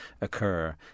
occur